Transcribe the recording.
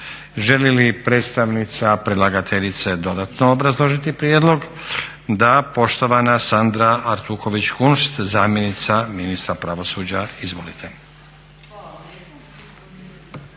Želi li predstavnica predlagateljice dodatno obrazložiti prijedlog? Da. Poštovan Sandra Artuković-Kunšt zamjenica ministra pravosuđa. Izvolite.